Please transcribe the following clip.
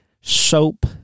soap